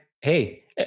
Hey